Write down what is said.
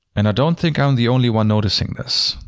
and i don't think i'm the only one noticing this.